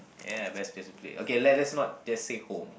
yeah best place to play okay let let's not just say home